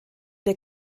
der